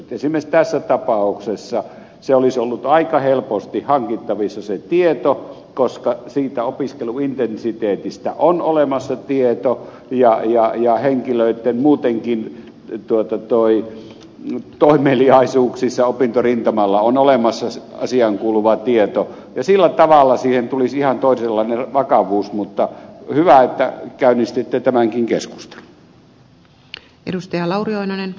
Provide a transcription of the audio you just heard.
esimerkiksi tässä tapauksessa se tieto olisi ollut aika helposti hankittavissa koska opiskeluintensiteetistä on olemassa tieto ja muutenkin henkilöitten toimeliaisuuksissa opintorintamalla on olemassa asiaankuuluva tieto ja sillä tavalla siihen tulisi ihan toisenlainen vakavuus mutta hyvä että käynnistitte tämänkin keskustelun